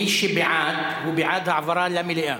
מי שבעד, הוא בעד העברה למליאה,